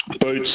boots